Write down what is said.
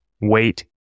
wait